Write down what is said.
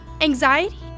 Anxiety